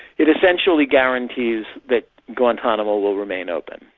it essentially guarantees that guantanamo will remain open.